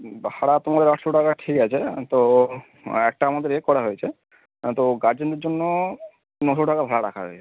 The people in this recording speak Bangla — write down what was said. ভাড়া তোমাদের আটশো টাকা ঠিক আছে তো একটা আমাদের এ করা হয়েছে তো গার্জেনের জন্য নশো টাকা ভাড়া রাখা হয়েছে